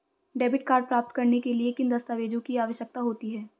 Debit card प्राप्त करने के लिए किन दस्तावेज़ों की आवश्यकता होती है?